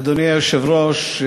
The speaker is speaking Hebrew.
אדוני היושב-ראש,